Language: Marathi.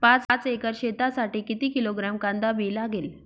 पाच एकर शेतासाठी किती किलोग्रॅम कांदा बी लागेल?